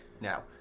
now